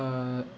uh